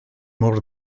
mor